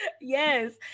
Yes